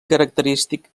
característic